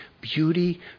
beauty